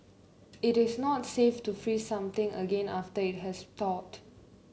it is not safe to freeze something again after it has thawed